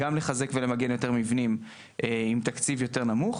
גם לחזק ולמגן יותר מבנים עם תקציב יותר נמוך,